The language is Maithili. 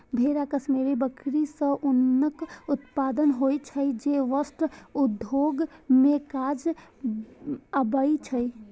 भेड़ आ कश्मीरी बकरी सं ऊनक उत्पादन होइ छै, जे वस्त्र उद्योग मे काज आबै छै